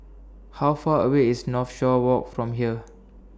How Far away IS Northshore Walk from here